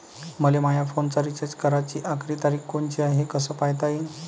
मले माया फोनचा रिचार्ज कराची आखरी तारीख कोनची हाय, हे कस पायता येईन?